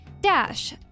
Dash